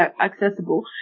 accessible